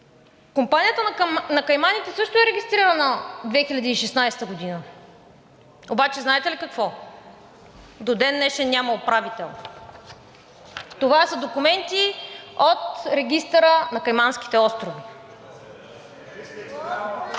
Компанията на Кайманите също е регистрирана 2016 г. Обаче знаете ли какво? До ден днешен няма управител. Това са документи от регистъра на Кайманските острови.